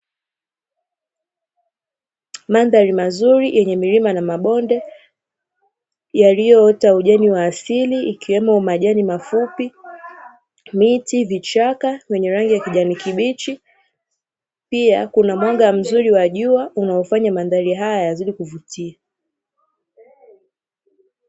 Mandhari mazuri yenye milima na mabonde yaliyoota ujani wa asili, ikiwemo majani mafupi, miti, vichaka vyenye rangi ya kijani kibichi pia kuna mwanga mzuri wa jua unaofanya mandhari haya yazidi kuvutia.